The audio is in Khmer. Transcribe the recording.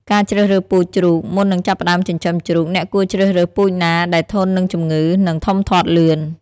ការជ្រើសរើសពូជជ្រូកមុននឹងចាប់ផ្តើមចិញ្ចឹមជ្រូក អ្នកគួរជ្រើសរើសពូជណាដែលធន់នឹងជំងឺ និងធំធាត់លឿន។